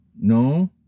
no